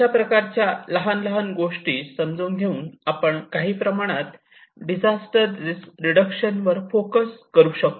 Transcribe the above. अशा प्रकारच्या लहान लहान गोष्टी समजून घेऊन आपण काही प्रमाणात डिझास्टर रिस्क रिडक्शन वर फोकस करू शकतो